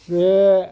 बे